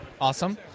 Awesome